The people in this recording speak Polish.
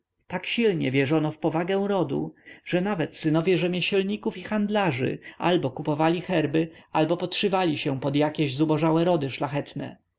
tak silnie wierzono w powagę rodu że nawet synowie rzemieślników i handlarzy albo kupowali herby albo podszywali się pod jakieś zubożałe rody szlachetne